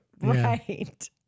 right